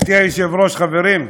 גברתי היושבת-ראש, חברים,